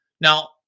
now